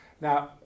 Now